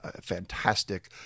fantastic